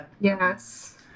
yes